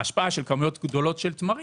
ההשפעה של כמויות גדולות של תמרים